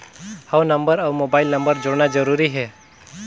हव नंबर अउ mobile number जोड़ना जरूरी हे?